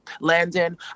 Landon